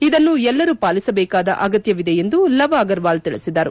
ಇದನ್ನು ಎಲ್ಲರೂ ಪಾಲಿಸಬೇಕಾದ ಅಗತ್ಯವಿದೆ ಎಂದು ಲವ್ ಅಗರ್ವಾಲ್ ತಿಳಿಸಿದರು